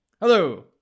hello